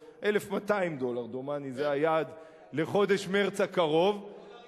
דולר זה היעד לחודש מרס הקרוב, הדולר ירד.